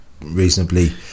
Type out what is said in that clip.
reasonably